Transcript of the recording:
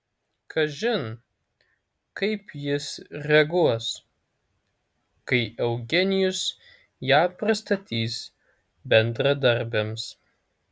kažin kaip jis reaguos kai eugenijus ją pristatys bendradarbiams